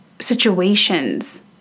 situations